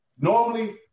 Normally